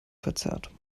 verzerrt